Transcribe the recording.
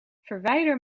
verwijder